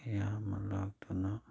ꯀꯌꯥ ꯑꯃ ꯂꯥꯛꯇꯨꯅ